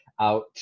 out